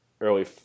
early